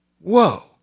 Whoa